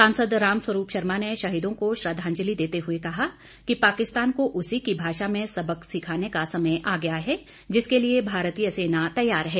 सांसद रामस्वरूप शर्मा ने शहीदों को श्रद्वांजलि देते हुए कहा कि पाकिस्तान को उसी की भाषा में सबक सिखाने का समय आ गया है जिसके लिए भारतीय सेना तैयार है